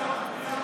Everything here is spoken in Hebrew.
חבר הכנסת קושניר.